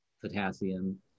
potassium